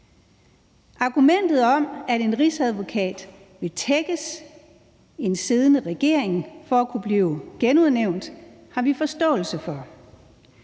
Argumentet om, at en rigsadvokat vil tækkes en siddende regering for at kunne blive genudnævnt, har vi forståelse for.